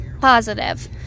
positive